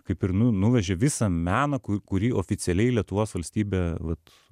kaip ir nu nuvežė visą meną ku kurį oficialiai lietuvos valstybė vat